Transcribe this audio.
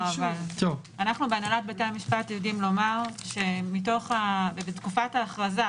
אנחנו בהנהלת בתי המשפט יודעים לומר שבתקופת ההכרזה,